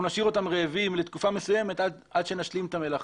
נשאיר אותם רעבים לתקופה מסוימת עד שנשלים את המלאכה?